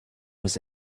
was